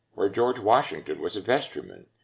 where george washington was a vestryman?